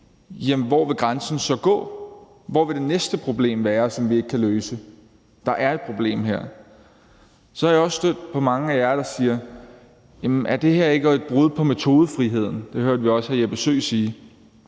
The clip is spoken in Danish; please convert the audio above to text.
hvor vil grænsen så gå? Hvor vil det næste problem være, som vi ikke kan løse? Der er et problem her. Så er jeg også stødt på mange af jer, der siger: Jamen er det her ikke et brud på metodefriheden? Det hørte vi også hr. Jeppe Søe sige.